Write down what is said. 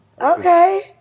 Okay